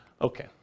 Okay